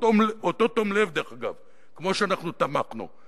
שבאותו תום לב, דרך אגב, כמו שאנחנו תמכנו.